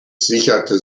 sicherte